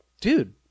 dude